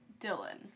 Dylan